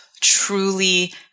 truly